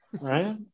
right